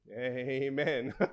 Amen